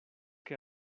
que